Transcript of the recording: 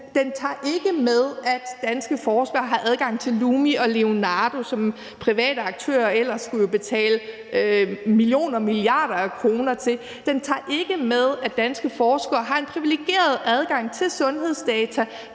Den tager ikke med, at danske forskere har adgang til LUMI og Leonardo, som private aktører ellers skulle betale millioner og milliarder af kroner for. Den tager ikke med, at danske forskere har en privilegeret adgang til sundhedsdata,